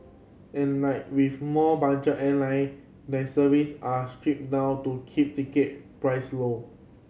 and like with more budget airline their service are stripped down to keep ticket price low